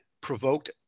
provoked